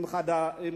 עם